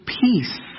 peace